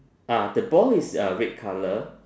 ah the ball is uh red colour